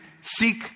seek